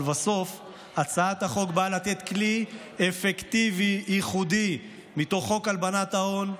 ולבסוף הצעת החוק באה לתת כלי אפקטיבי ייחודי מתוך חוק הלבנת ההון,